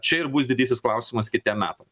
čia ir bus didysis klausimas kitiem metams